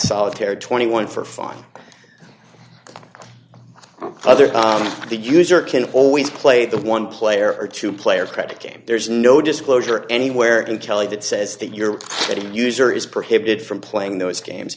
solitaire twenty one for fun other the user can always play the one player or two players credit game there's no disclosure anywhere in kelley that says that you're getting user is prohibited from playing those games